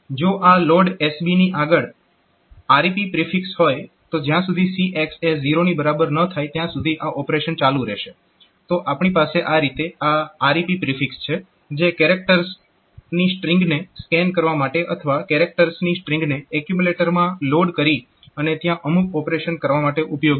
જો આ LODSB ની આગળ REP પ્રિફિક્સ હોય તો જ્યાં સુધી CX એ 0 ની બરાબર ન થાય ત્યાં સુધી આ ઓપરેશન ચાલુ રહેશે તો આપણી પાસે આ રીતે આ REP પ્રિફિક્સ છે જે કેરેક્ટર્સ ની સ્ટ્રીંગ ને સ્કેન કરવા માટે અથવા કેરેક્ટર્સની સ્ટ્રીંગને એક્યુમ્યુલેટરમાં લોડ કરી અને ત્યાં અમુક ઓપરેશન કરવા માટે ઉપયોગી છે